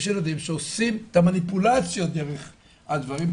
יש ילדים שעושים את המניפולציות דרך הדברים,